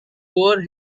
poor